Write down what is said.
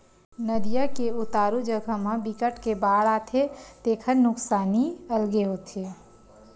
नदिया के उतारू जघा म बिकट के बाड़ आथे तेखर नुकसानी अलगे होथे